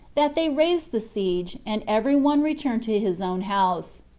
that they raised the siege, and every one returned to his own house.